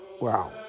Wow